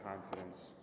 confidence